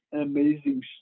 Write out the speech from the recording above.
amazing